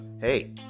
Hey